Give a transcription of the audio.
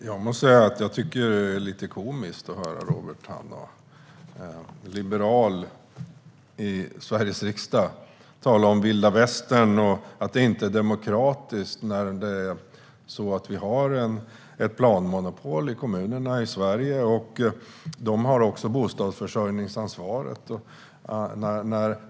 Herr talman! Jag måste säga att jag tycker att det är lite komiskt att höra Robert Hannah, liberal, stå här i Sveriges riksdag och tala om vilda västern och att det inte är demokratiskt. Kommunerna i Sverige har ett planmonopol. De har också ett bostadsförsörjningsansvar.